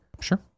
Sure